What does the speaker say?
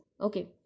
Okay